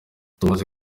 tumaze